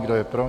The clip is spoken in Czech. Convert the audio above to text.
Kdo je pro?